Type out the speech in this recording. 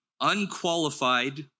unqualified